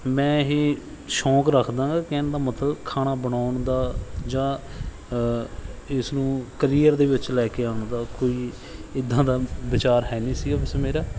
ਮੈਂ ਇਹ ਸ਼ੌਂਕ ਰੱਖਦਾ ਗਾ ਕਹਿਣ ਦਾ ਮਤਲਬ ਖਾਣਾ ਬਣਾਉਣ ਦਾ ਜਾਂ ਇਸ ਨੂੰ ਕਰੀਅਰ ਦੇ ਵਿੱਚ ਲੈ ਕੇ ਆਉਣ ਦਾ ਕੋਈ ਇੱਦਾਂ ਦਾ ਵਿਚਾਰ ਹੈ ਨਹੀਂ ਸੀ ਵੈਸੇ ਮੇਰਾ